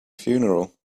funeral